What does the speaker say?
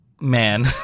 man